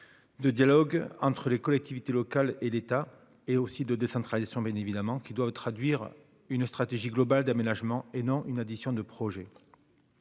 De dialogue entre les collectivités locales et l'État, et aussi de décentralisation évidemment qui doivent traduire une stratégie globale d'aménagement et non une addition de projet